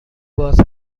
باز